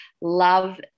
love